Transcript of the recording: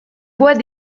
voie